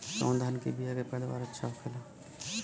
कवन धान के बीया के पैदावार अच्छा होखेला?